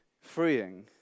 freeing